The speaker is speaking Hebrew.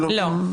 לא,